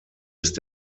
ist